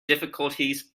difficulties